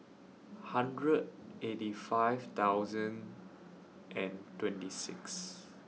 hundred eighty five thousand and twenty six